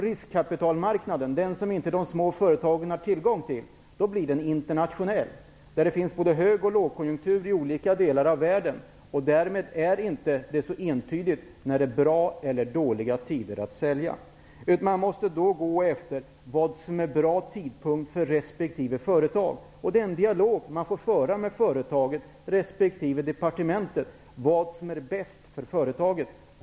Riskkapitalmarknaden -- som de små företagen inte har tillgång till -- blir internationell. Det finns både hög och lågkonjunktur i olika delar av världen. Därmed är det inte så entydigt när det är bra eller dåliga tider att sälja. Man måste gå efter vad som är en bra tidpunkt för resp. företag. Man får föra en dialog med företaget resp. departementet om vad som är bäst för företaget.